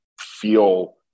feel